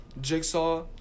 Jigsaw